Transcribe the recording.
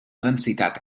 densitat